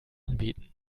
anbieten